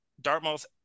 Dartmouth